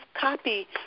copy